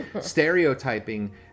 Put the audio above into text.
stereotyping